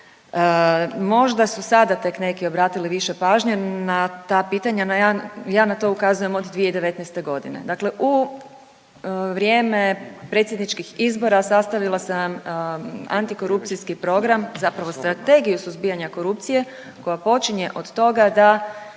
Možda su sada tek neki obratili više pažnje na ta pitanja, ja na to ukazujem od 2019.g.. Dakle, u vrijeme predsjedničkih izbora sastavila sam antikorupcijski program, zapravo Strategiju suzbijanja korupcije koja počinje od toga da